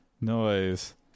noise